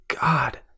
God